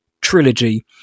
trilogy